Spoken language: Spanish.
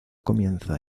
comienza